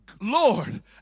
Lord